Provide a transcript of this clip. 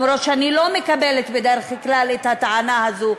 אף שאני לא מקבלת בכלל את הטענה הזו,